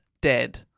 dead